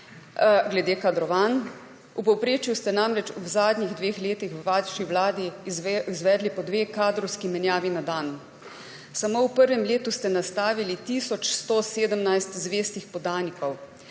glede kadrovanj. V povprečju ste namreč v zadnjih dveh letih v vaši vladi izvedli po dve kadrovski menjavi na dan. Samo v prvem letu ste nastavili tisoč 117 zvestih podanikov.